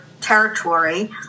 territory